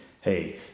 Hey